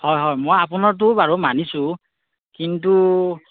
হয় হয় মই আপোনাৰতোও বাৰু মানিছোঁ কিন্তু